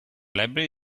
library